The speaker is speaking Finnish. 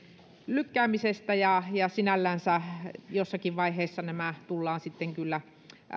lykkäämisestä ja ja sinällänsä jossakin vaiheessa nämä tullaan sitten kyllä